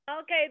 Okay